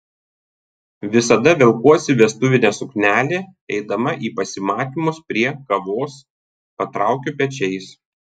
visada velkuosi vestuvinę suknelę eidama į pasimatymus prie kavos patraukiu pečiais